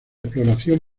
exploración